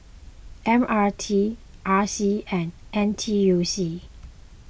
M R T R C and N T U C